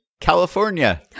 California